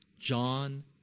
John